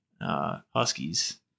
Huskies